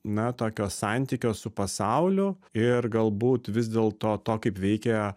na tokio santykio su pasauliu ir galbūt vis dėlto to kaip veikia